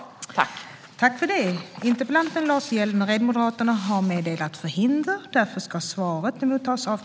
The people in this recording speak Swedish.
Då Lars Hjälmered, som framställt interpellationen, anmält att han var förhindrad att närvara vid sammanträdet medgav tredje vice talmannen att Christian Holm Barenfeld i stället fick delta i överläggningen.